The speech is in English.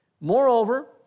Moreover